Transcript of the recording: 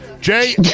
Jay